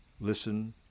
listen